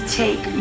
take